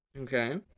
Okay